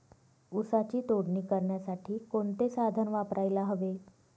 ऊसाची तोडणी करण्यासाठी कोणते साधन वापरायला हवे?